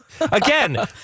Again